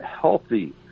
healthy